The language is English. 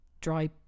dry